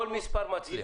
כל מספר מצליח.